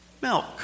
Milk